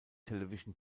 television